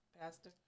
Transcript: Pastor